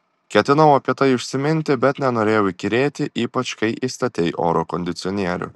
ketinau apie tai užsiminti bet nenorėjau įkyrėti ypač kai įstatei oro kondicionierių